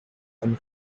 and